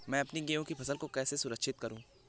मैं अपनी गेहूँ की फसल को कैसे सुरक्षित करूँ?